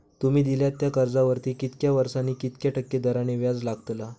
तुमि दिल्यात त्या कर्जावरती कितक्या वर्सानी कितक्या टक्के दराने व्याज लागतला?